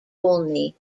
olney